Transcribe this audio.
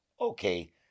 Okay